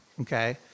okay